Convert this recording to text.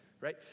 right